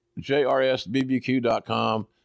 JRSBBQ.com